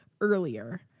earlier